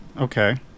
okay